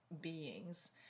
beings